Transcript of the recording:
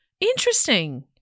Interesting